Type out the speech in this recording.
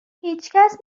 هیچکس